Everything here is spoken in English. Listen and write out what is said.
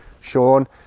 Sean